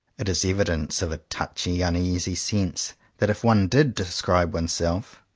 it is evidence of a touchy, uneasy sense that if one did describe oneself,